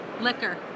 liquor